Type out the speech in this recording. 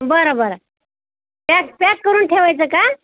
बरं बरं pack pack करून ठेवायचं का